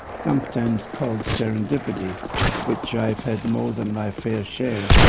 sometimes called serendipity of which i have had more than my fair share.